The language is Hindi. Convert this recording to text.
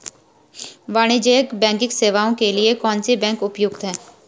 वाणिज्यिक बैंकिंग सेवाएं के लिए कौन सी बैंक उपयुक्त है?